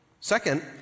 Second